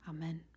Amen